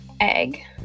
Egg